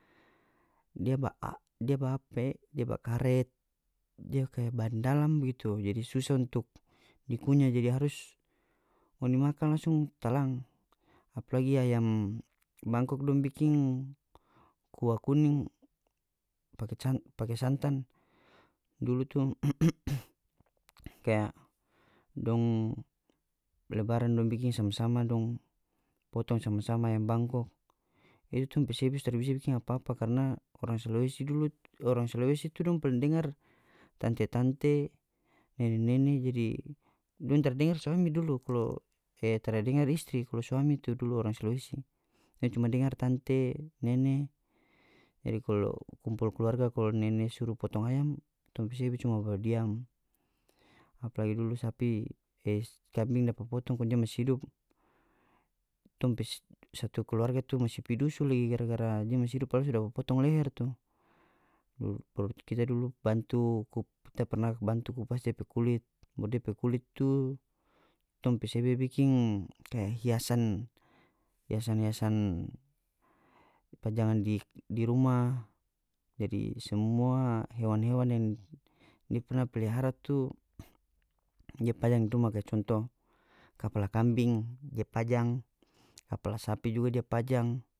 Dia ba dia ba apa e dia ba karet dia kaya ban dalam bagitu jadi susah dikunya untuk dikunya jadi harus ngoni makan langsung talang apa lagi ayam bangkok dong biking kuah kuning pake santan dulu tong kaya dong lebaran dong bikin sama-sama dong potong sama-sama ayam bangkok itu tong pe sebe so tara bisa bikin apa-apa karna orang sulawesi dulu orang sulawesi tu dong paling dengar tante-tante nene-nene jadi dong tara dengar suami dulu kalo kaya tara dengar istri kalu suami tu dulu orang sulawesi dong cuma dengar tante nene jadi kalu kumpul keluarga kalu nene suru potong ayam tong pe sebe cuma badiam apalagi dulu sapi e kambing dapa potong kong dia masih hidup tong pe satu keluarga masih pi dusu lagi gara-gara dia masih hidup padahal su dapa potong leher tu kalu kalu kita dulu bantu ta pernah bantu kupas dia pe kulit batu dia pe kulit tu tong pe sebe biking kaya hiasan hiasan hiasan pajangan di di rumah jadi semua hewan-hewan yang dia perna pelihara tu dia pajang di rumah kaya contoh kapala kambing dia pajang kapala sapi juga dia pajang.